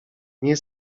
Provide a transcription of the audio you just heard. nie